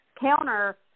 counter